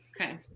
Okay